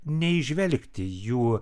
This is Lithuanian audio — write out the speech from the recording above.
neįžvelgti jų